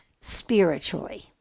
spiritually